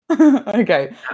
Okay